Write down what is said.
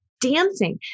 dancing